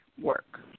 work